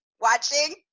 watching